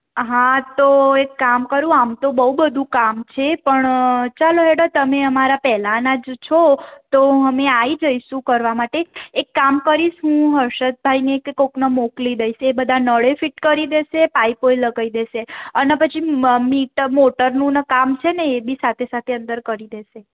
હા તો એક કામ કરું આમ તો બહુ બધું કામ છે પણ ચાલો હેડો તમે અમારા પહેલાંનાં જ છો તો અમે આવી જઈશું કરવા માટે એક કામ કરીશ હું હર્ષદભાઈ ને કે કોઈકને મોકલી દઇશ એ બધા નળે ફીટ કરી દેશે પાઇપોય લગાવી દેશે અને પછી મોટરનું ને કામ છે ને એ બી સાથે સાથે અંદર કરી દેશે